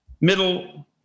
middle